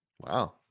wow